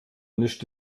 nicht